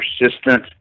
persistent